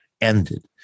ended